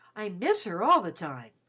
i miss her all the time.